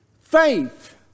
faith